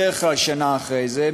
בדרך כלל שנה אחרי זה,